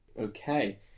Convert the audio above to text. Okay